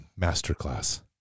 masterclass